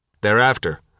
Thereafter